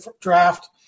draft